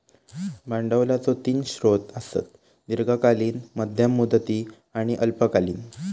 भांडवलाचो तीन स्रोत आसत, दीर्घकालीन, मध्यम मुदती आणि अल्पकालीन